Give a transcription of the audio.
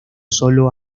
sólo